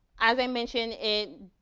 as i mentioned, it.